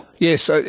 Yes